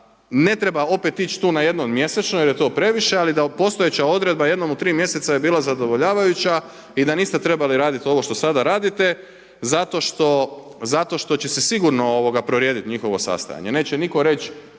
ne treba opet tu ići na jednom mjesečno jer je to previše, ali da postojeća odredba jednom u 3 mjeseca je bila zadovoljavajuća i da niste trebali raditi ovo što sada radite zato što će se sigurno prorijediti njihovo sastajanje. Neće nitko reći